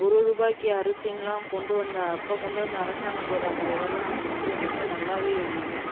ஒரு ரூபாய்க்கு அரிசின்லாம் கொண்டு வந்த அப்போ கொண்டு வந்த அரசாங்கத்தோடய அந்த இதெல்லாம் வந்து ரொம்ப நல்லாவே இருந்தது